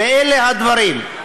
ואלה הדברים: